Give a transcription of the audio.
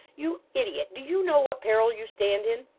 you idiot, do you know what peril you stand in